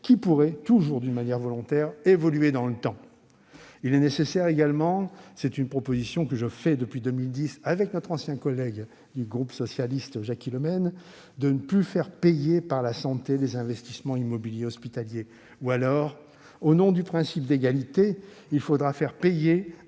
lequel pourrait, toujours de manière volontaire, évoluer dans le temps ? Il est nécessaire également- c'est une proposition que je formule depuis 2010 avec notre ancien collègue du groupe socialiste Jacky Le Menn -de ne plus faire payer à la santé les investissements immobiliers hospitaliers. Ou alors, au nom du principe d'égalité, il faudra faire payer